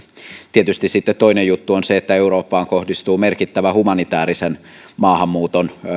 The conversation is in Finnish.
tietysti toinen juttu on se että eurooppaan kohdistuu merkittävä humanitaarisen maahanmuuton